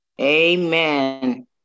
Amen